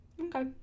okay